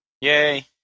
Yay